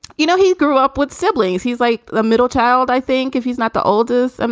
you know, he grew up with siblings. he's like the middle child. i think if he's not the oldest, and